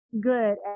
good